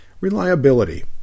Reliability